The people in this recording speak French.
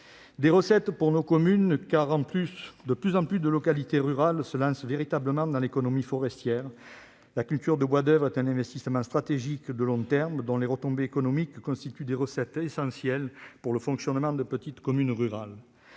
des recettes pour nos communes, car de plus en plus de localités rurales se lancent véritablement dans l'économie forestière. La culture de bois d'oeuvre est un investissement stratégique de long terme, dont les retombées économiques constituent des recettes essentielles pour le fonctionnement des petites communes rurales.